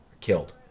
killed